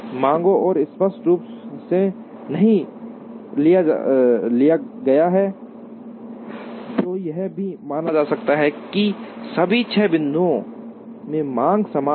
मांगों को स्पष्ट रूप से नहीं लिया गया है जो यह भी माना जा सकता है कि सभी छह बिंदुओं में मांग समान हैं